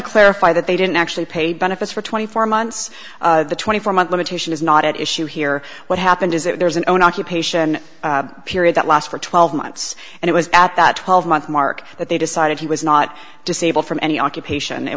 to clarify that they didn't actually pay benefits for twenty four months the twenty four month limitation is not at issue here what happened is that there is an occupation period that lasts for twelve months and it was at that twelve month mark that they decided he was not disabled from any occupation it